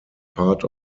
part